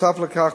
בנוסף לכך,